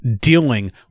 dealing